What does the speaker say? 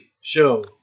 show